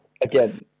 Again